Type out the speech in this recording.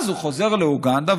אז הוא חוזר לאוגנדה,